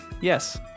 Yes